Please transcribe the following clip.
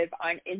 on